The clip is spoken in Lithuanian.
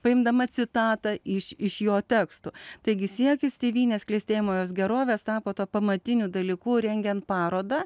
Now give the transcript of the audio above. paimdama citatą iš iš jo tekstų taigi siekis tėvynės klestėjimo jos gerovės tapo tuo pamatiniu dalyku rengiant parodą